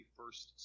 first